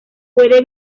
puede